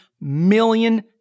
million